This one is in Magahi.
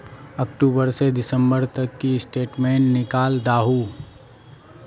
अक्टूबर से दिसंबर तक की स्टेटमेंट निकल दाहू?